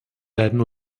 werden